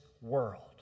world